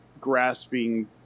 grasping